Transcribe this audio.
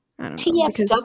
Tfw